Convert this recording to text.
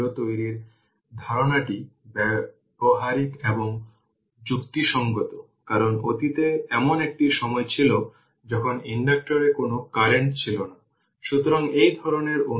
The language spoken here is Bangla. তাই v1 থেকে v2 তারপর vt এবং i t এর জন্য t 0 নির্ধারণ করুন